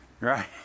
right